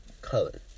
Color